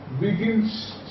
begins